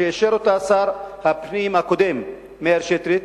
שאישר אותה שר הפנים הקודם מאיר שטרית,